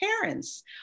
parents